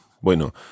Bueno